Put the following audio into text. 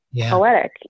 poetic